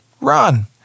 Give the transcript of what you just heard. Run